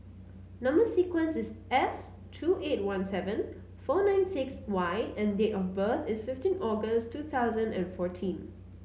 number sequence is S two eight one seven four nine six Y and date of birth is fifteen August two thousand and fourteen